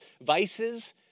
vices